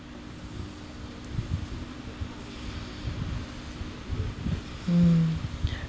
mm